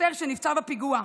השוטר שנפצע בפיגוע.